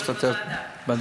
להשתתף בישיבה.